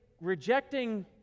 rejecting